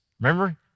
Remember